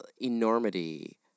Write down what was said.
enormity